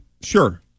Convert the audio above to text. sure